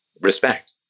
respect